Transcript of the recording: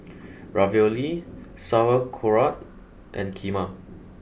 Ravioli Sauerkraut and Kheema